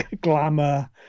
glamour